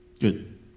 Good